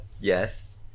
Yes